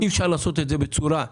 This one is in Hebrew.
אי אפשר לעשות את זה בצורה גורפת.